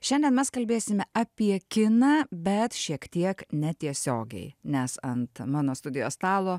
šiandien mes kalbėsime apie kiną bet šiek tiek netiesiogiai nes ant mano studijos stalo